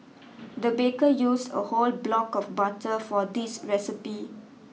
the baker used a whole block of butter for this recipe